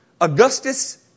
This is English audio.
Augustus